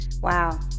Wow